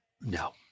no